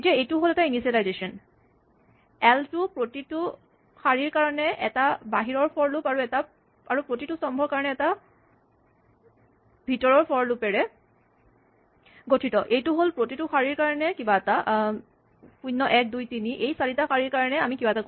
এইটো হ'ল এটা ইনিচিয়েলাইজেচন এল টো প্ৰতিটো শাৰীৰ কাৰণে এটা বাহিৰৰ ফৰ লুপ আৰু প্ৰতিটো স্তম্ভৰ কাৰণে এটা ভিতৰৰ ফৰ লুপ এৰে গঠিত এইটো হ'ল প্ৰতিটো শাৰীৰ কাৰণে কিবা এটা ০ ১ ২ ৩ এই চাৰিটা শাৰীৰ কাৰণে আমি কিবা এটা কৰিম